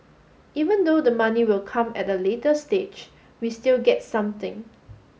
even though the money will come at the later stage we still get something